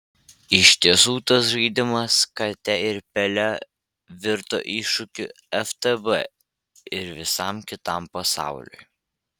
iš tiesų tas žaidimas kate ir pele virto iššūkiu ftb ir visam kitam pasauliui